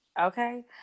okay